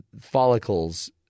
follicles